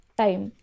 time